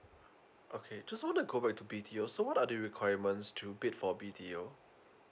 okay just want to go back to b t o so what are the requirements to bid for b t o